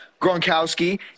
Gronkowski